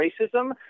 racism